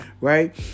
right